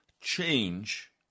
change